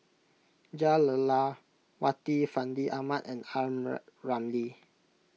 Jah Lelawati Fandi Ahmad and Ramli